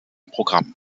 programm